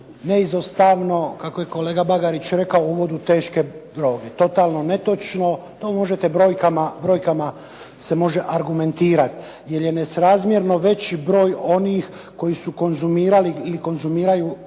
neizostavno kako je kolega Bagarić rekao u uvodu teške droge. Totalno netočno. To možete brojkama se može argumentirati, jer je nesrazmjerno veći broj onih koji su konzumirali ili konzumiraju